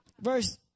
verse